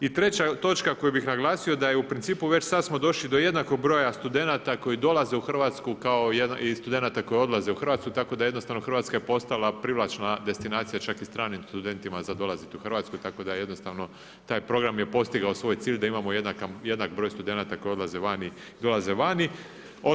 I treća točka koju bih naglasio da smo već sada došli do jednakog broja studenata koji dolaze u Hrvatsku i studenata koji odlaze iz Hrvatske tako da je jednostavno Hrvatska postala privlačna destinacija čak i stranim studentima za dolazak u Hrvatsku tako da je taj program postigao svoj cilj da imamo jednak broj studenata koji odlaze vani i dolaze vani.